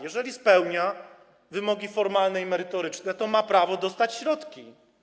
Jeżeli spełnia wymogi formalne i merytoryczne, to ma prawo dostać środki.